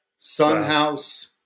Sunhouse